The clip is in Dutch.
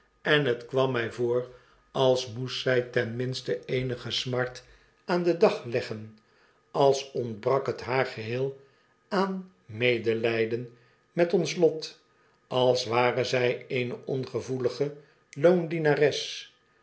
en het kwam mij voor als moest zij ten minste eenige smart aan den dag leggen als ontbrak het haar geheel aan aan medelijden met ons lot als ware zij eene ongevoelige loondienares